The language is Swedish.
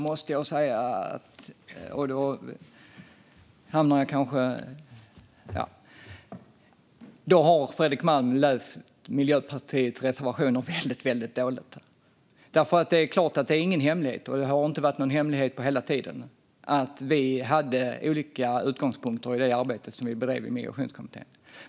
Då har Fredrik Malm läst Miljöpartiets reservationer väldigt dåligt. Det är ingen hemlighet, och har aldrig varit någon hemlighet, att vi hade olika utgångspunkter i det arbete som vi bedrev i Migrationskommittén.